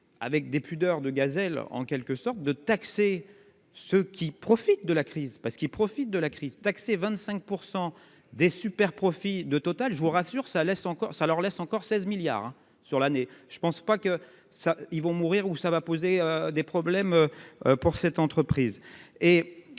avec des pudeurs de gazelle en quelque sorte de taxer ceux qui profitent de la crise, parce qu'ils profitent de la crise taxer 25 pour 100 des super profits de Total je vous rassure, ça laisse encore ça leur laisse encore 16 milliards sur l'année, je ne pense pas que ça, ils vont mourir ou ça va poser des problèmes pour cette entreprise